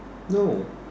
no